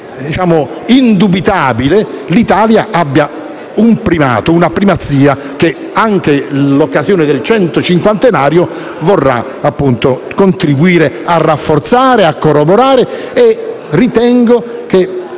maniera indubitabile, l'Italia abbia un primato e una primazia che l'occasione del centocinquantenario contribuirà a rafforzare e corroborare. Ritengo che